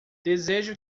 desejo